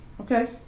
okay